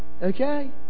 Okay